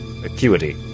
Acuity